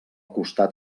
costat